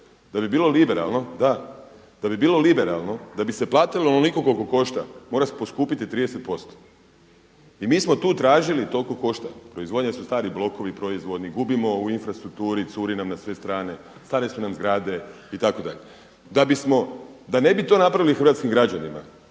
da bi bilo liberalno, da bi se platilo onoliko koliko košta mora se poskupiti 30%. I mi smo tu tražili toliko košta proizvodnja jer su stari blokovi proizvodni, gubimo u infrastrukturi, curi nam na sve strane, stare su nam zgrade itd. Da bismo, da ne bi to napravili hrvatskim građanima,